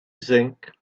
think